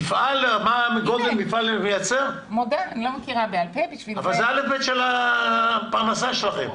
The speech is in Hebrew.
אבל זה א'-ב' של הפרנסה שלכם.